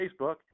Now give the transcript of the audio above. Facebook